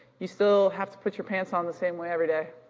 you still have to put your pants on the same way everyday.